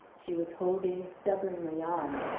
she was holding stubbornly on.